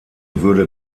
würde